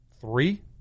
three